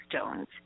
stones